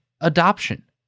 adoption